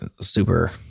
super